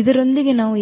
ಇದರೊಂದಿಗೆ ನಾವು